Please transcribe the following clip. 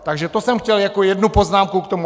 Takže to jsem chtěl jako jednu poznámku k tomu.